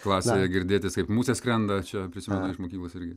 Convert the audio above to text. klasėje girdėtis kaip musė skrenda čia prisimenu iš mokyklos irgi